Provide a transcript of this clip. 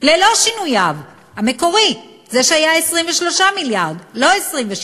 ללא שינוייו, המקורי, זה שהיה 23 מיליארד, לא 26,